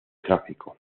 tráfico